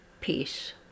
peace